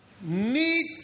need